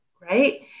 Right